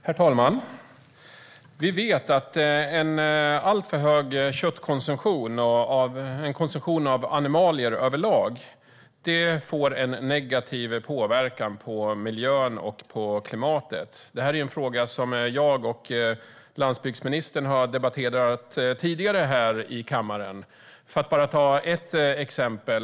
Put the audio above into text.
Herr talman! Vi vet att en alltför stor konsumtion av kött och av animalier överlag får en negativ påverkan på miljön och klimatet. Det är en fråga som jag och landsbygdsministern har debatterat tidigare i kammaren. Låt mig ge ett exempel.